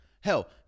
Hell